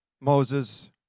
Moses